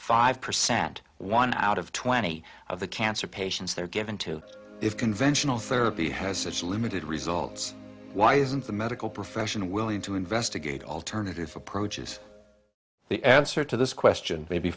five percent one out of twenty of the cancer patients there given to if conventional therapy has such limited results why isn't the medical profession willing to investigate alternative approaches the answer to this question may be